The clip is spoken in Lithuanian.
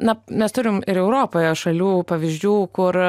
na mes turim ir europoje šalių pavyzdžių kur